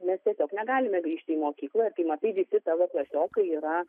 mes tiesiog negalime grįžti į mokyklą ir kai matai visi tavo klasiokai yra